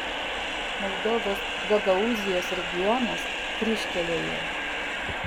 moldovos gagaūzijos regionas kryžkelėje